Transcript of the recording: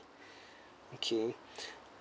okay